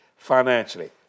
Financially